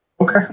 Okay